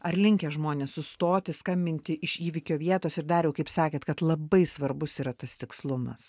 ar linkę žmonės sustoti skambinti iš įvykio vietos ir dariau kaip sakėt kad labai svarbus yra tas tikslumas